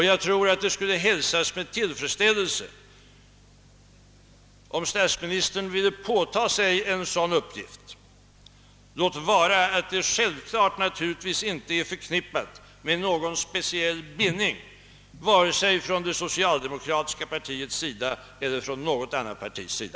Jag tror att det skulle hälsas med tillfredsställelse om statsministern ville påta sig en sådan uppgift — låt vara att den självklart inte från början kan vara förknippad med någon speciell bindning vare sig från det socialdemokratiska partiets eller något annat partis sida.